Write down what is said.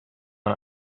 man